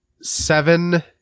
seven